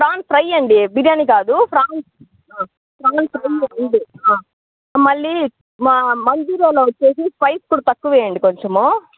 France fry అండి బిర్యాని కాదు French French fry అండి మళ్ళీ మా మంచూరియాలో వచ్చేసి స్పైస్ కూడా తక్కువేయండి కొంచెము